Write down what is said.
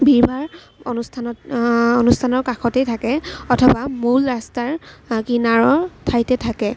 ভিৰ ভাৰ অনুষ্ঠানত অনুষ্ঠানৰ কাষতেই থাকে অথবা মূল ৰাস্তাৰ কিনাৰৰ ঠাইতে থাকে